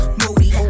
moody